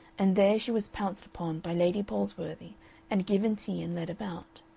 and there she was pounced upon by lady palsworthy and given tea and led about.